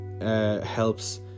Helps